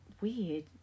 Weird